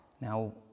now